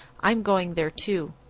i'm going there, too.